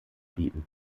bieten